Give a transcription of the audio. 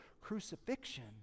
crucifixion